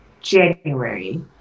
January